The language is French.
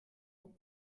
aux